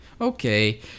Okay